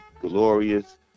glorious